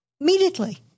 immediately